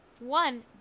One